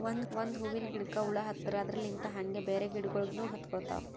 ಒಂದ್ ಹೂವಿನ ಗಿಡಕ್ ಹುಳ ಹತ್ತರ್ ಅದರಲ್ಲಿಂತ್ ಹಂಗೆ ಬ್ಯಾರೆ ಗಿಡಗೋಳಿಗ್ನು ಹತ್ಕೊತಾವ್